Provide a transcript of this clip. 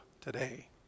today